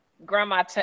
Grandma